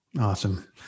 awesome